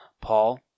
Paul